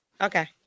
Okay